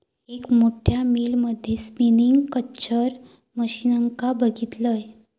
एक मोठ्या मिल मध्ये स्पिनींग खच्चर मशीनका बघितलंय